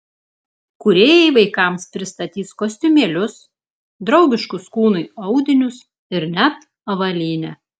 kūrėjai vaikams pristatys kostiumėlius draugiškus kūnui audinius ir net avalynę